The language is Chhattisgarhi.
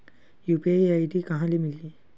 यू.पी.आई आई.डी कहां ले मिलही?